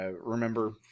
Remember